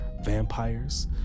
vampires